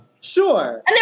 Sure